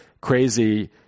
crazy